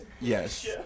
Yes